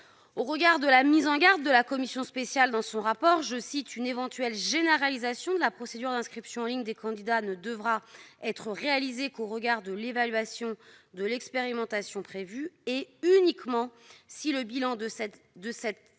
Je rappelle la mise en garde de la commission spéciale dans son rapport :« Une éventuelle généralisation de la procédure d'inscription en ligne des candidats ne devra être réalisée qu'au regard de l'évaluation de l'expérimentation prévue, et uniquement si le bilan de celle-ci est